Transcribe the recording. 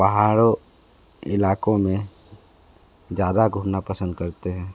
पहाड़ों इलाकों में ज़्यादा घूमना पसंद करते हैं